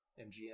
MGM